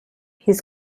his